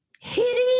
Hitting